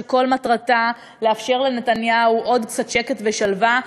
שכל מטרתה לאפשר לנתניהו עוד קצת שקט ושלווה,